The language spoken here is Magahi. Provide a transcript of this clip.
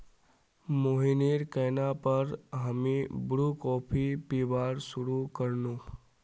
मोहिनीर कहना पर हामी ब्रू कॉफी पीबार शुरू कर नु